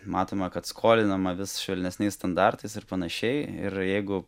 matome kad skolinama vis švelnesniais standartais ir panašiai ir jeigu